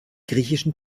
griechischen